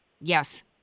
Yes